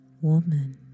woman